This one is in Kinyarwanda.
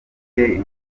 bihe